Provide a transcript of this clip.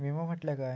विमा म्हटल्या काय?